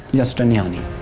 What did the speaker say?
guistiniani.